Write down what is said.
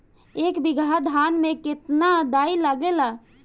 एक बीगहा धान में केतना डाई लागेला?